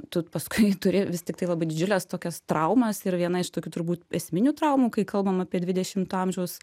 tu paskui turi vis tiktai labai didžiules tokias traumas ir viena iš tokių turbūt esminių traumų kai kalbam apie dvidešimo amžiaus